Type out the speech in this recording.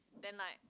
then like